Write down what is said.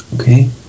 Okay